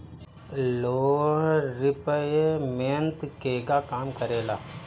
Loan repayment केगा काम करेला?